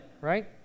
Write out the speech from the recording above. right